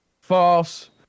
false